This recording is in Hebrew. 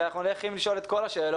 כי אנחנו הולכים לשאול את כל השאלות.